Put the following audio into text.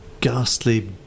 ghastly